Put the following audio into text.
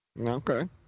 Okay